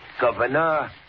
Governor